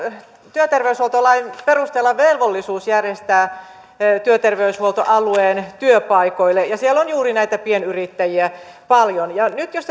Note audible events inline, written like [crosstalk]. työterveyshuoltolain perusteella velvollisuus järjestää työterveyshuolto alueen työpaikoille ja siellä on juuri pienyrittäjiä paljon niin nyt jos [unintelligible]